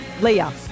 Leah